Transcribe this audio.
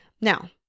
Now